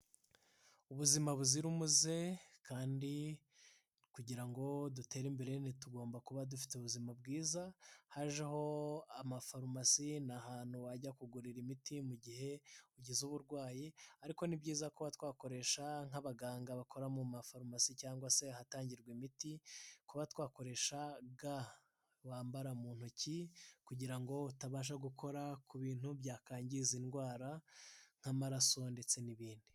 Ubuzima buzira umuze kandi kugira ngo dutere imbere tugomba kuba dufite ubuzima bwiza, hajeho amafarumasi ni ahantu wajya kugurira imiti mu gihe ugize uburwayi, ariko ni byiza kuba twakoresha nk'abaganga bakora mu mafarumasi cyangwa se ahatangirwa imiti, kuba twakoresha ga wambara mu ntoki, kugira ngo utabasha gukora ku bintu byakwangiza indwara, nk'amaraso ndetse n'ibindi.